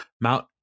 mount